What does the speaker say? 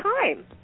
time